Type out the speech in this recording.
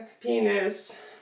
penis